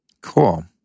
Cool